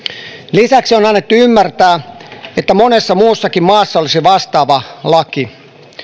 lisäksi on annettu ymmärtää että monessa muussakin maassa olisi vastaava laki